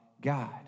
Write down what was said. God